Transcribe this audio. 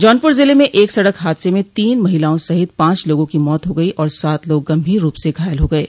जौनपुर ज़िले में एक सड़क हादसे में तीन महिलाओं सहित पांच लोगों की मौत हो गई और सात लोग गंभीर रूप से घायल हो गये